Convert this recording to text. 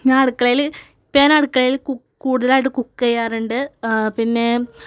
ഞാൻ അടുക്കളയില് ഇപ്പം ഞാൻ അടുക്കളയില് കൂ കൂടുതലായിട്ട് കുക്ക് ചെയ്യാറുണ്ട് പിന്നേം